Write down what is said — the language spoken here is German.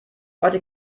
heute